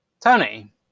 Tony